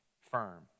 firm